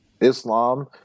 islam